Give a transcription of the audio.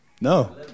No